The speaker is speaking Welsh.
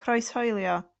croeshoelio